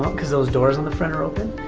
cause those doors in the front are open,